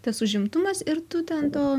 tas užimtumas ir tu ten to